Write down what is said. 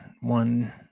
one